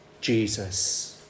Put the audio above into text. Jesus